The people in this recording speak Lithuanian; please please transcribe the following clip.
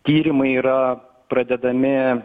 tyrimai yra pradedami